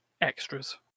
extras